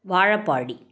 Vazhapadi